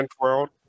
world